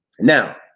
Now